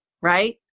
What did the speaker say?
Right